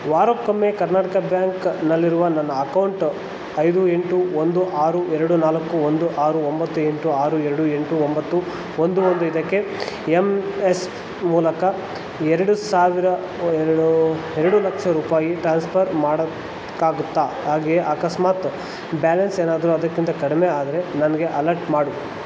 ವಾರಕ್ಕೊಮ್ಮೆ ಕರ್ನಾಟಕ ಬ್ಯಾಂಕ್ನಲ್ಲಿರುವ ನನ್ನ ಅಕೌಂಟು ಐದು ಎಂಟು ಒಂದು ಆರು ಎರಡು ನಾಲ್ಕು ಒಂದು ಆರು ಒಂಬತ್ತು ಎಂಟು ಆರು ಎರಡು ಎಂಟು ಒಂಬತ್ತು ಒಂದು ಒಂದು ಇದಕ್ಕೆ ಎಮ್ ಎಸ್ ಮೂಲಕ ಎರಡು ಸಾವಿರ ಎರಡು ಎರಡು ಲಕ್ಷ ರೂಪಾಯಿ ಟ್ರಾನ್ಸ್ಪರ್ ಮಾಡೋಕ್ಕಾಗುತ್ತಾ ಹಾಗೇ ಅಕಸ್ಮಾತ್ ಬ್ಯಾಲೆನ್ಸ್ ಏನಾದರೂ ಅದಕ್ಕಿಂತ ಕಡಿಮೆ ಆದರೆ ನನಗೆ ಅಲಟ್ ಮಾಡು